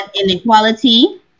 inequality